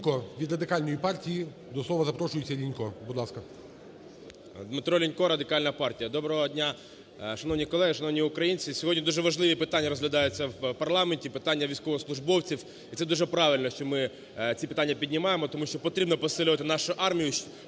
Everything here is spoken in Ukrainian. ДмитроЛінько, Радикальна партія. Доброго дня, шановні колеги, шановні українці! Сьогодні дуже важливі питання розглядаються в парламенті, питання військовослужбовців. Це дуже правильно, що ми ці питання піднімаємо. Тому що потрібно посилювати нашу армію,